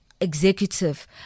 executive